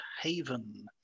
Haven